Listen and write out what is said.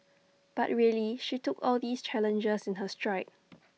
but really she took all these challenges in her stride